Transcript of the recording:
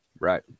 Right